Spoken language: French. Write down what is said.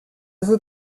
veut